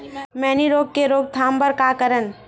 मैनी रोग के रोक थाम बर का करन?